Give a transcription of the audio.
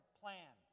plan